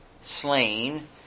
slain